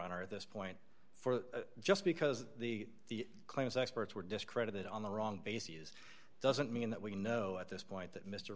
honor at this point for just because the claims experts were discredited on the wrong bases doesn't mean that we know at this point that mr